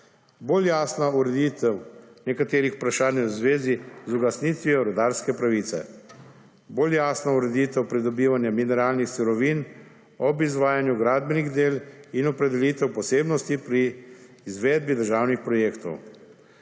Bolj jasna ureditev nekaterih vprašanj v zvezi z ugasnitvijo rudarske pravice. Bolj jasna ureditev pridobivanja mineralnih surovin ob izvajanju gradbenih del in opredelitev posebnosti pri izvedbi državnih projektov.